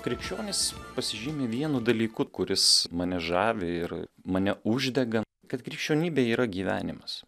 krikščionys pasižymi vienu dalyku kuris mane žavi ir mane uždega kad krikščionybė yra gyvenimas